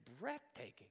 breathtaking